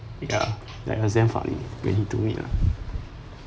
ya like her zen funny when you do meet uh